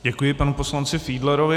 Děkuji panu poslanci Fiedlerovi.